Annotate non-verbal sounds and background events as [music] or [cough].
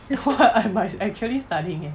[laughs] what I'm actually studying eh